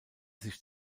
sich